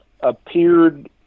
appeared